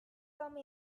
come